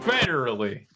Federally